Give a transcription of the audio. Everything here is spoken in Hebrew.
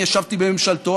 אני ישבתי בממשלתו,